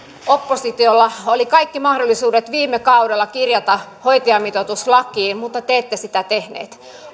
oppositiolla oli kaikki mahdollisuudet viime kaudella kirjata hoitajamitoitus lakiin mutta te ette sitä tehneet